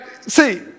See